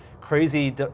crazy